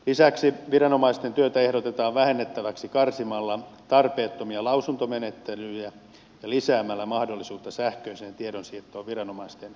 lisäksi viranomaisten työtä ehdotetaan vähennettäväksi karsimalla tarpeettomia lausuntomenettelyjä ja lisäämällä mahdollisuutta sähköiseen tiedonsiirtoon viranomaisten välillä